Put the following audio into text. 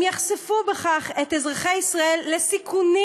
הם יחשפו בכך את אזרחי ישראל לסיכונים